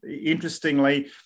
interestingly